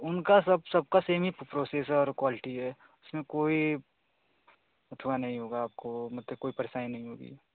उनका सब सबका सेम ही प्रोसेस और क्वालटी है इसमें कोई नहीं होगा आपको मतलब कोई परेशानी नहीं होगी